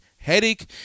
headache